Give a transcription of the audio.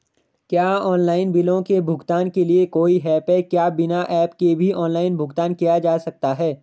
क्या ऑनलाइन बिलों के भुगतान के लिए कोई ऐप है क्या बिना ऐप के भी ऑनलाइन भुगतान किया जा सकता है?